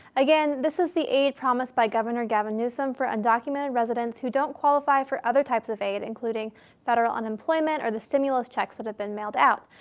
again, this is the aid promised by governor gavin newsom for undocumented residents who don't qualify for other types of aid including federal unemployment or the stimulus checks that have been mailed out.